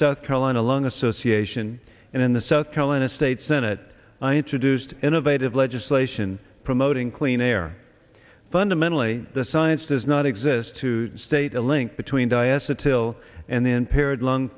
south carolina lung association in the south carolina state senate i introduced innovative legislation promoting clean air fundamentally the science does not exist to state a link between diaster till and then period lung